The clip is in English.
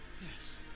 Yes